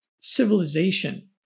civilization